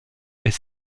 est